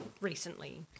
recently